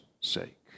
sake